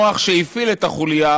המוח שהפעיל את החוליה,